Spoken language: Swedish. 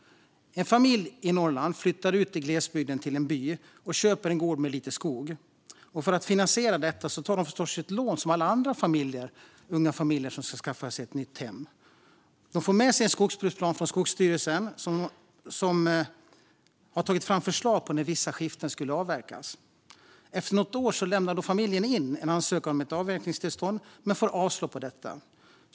En familj i Norrland flyttar ut till en by i glesbygden och köper en gård med lite skog. För att finansiera detta tar de förstås ett lån som alla andra unga familjer som ska skaffa ett nytt hem. De får med sig en skogsbruksplan från Skogsstyrelsen, som har tagit fram förslag om när vissa skiften borde avverkas. Efter något år lämnar familjen in en ansökan om avverkningstillstånd men får avslag på den.